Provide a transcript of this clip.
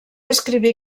escriví